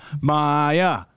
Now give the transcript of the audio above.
Maya